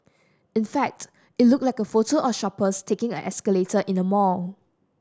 in fact it looked like a photo of shoppers taking an escalator in a mall